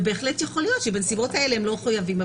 ובהחלט יכול להיות שבנסיבות האלה הם לא מחויבים,